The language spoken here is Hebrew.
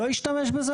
לא השתמש בזה?